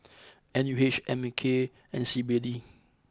N U H A M K and C B D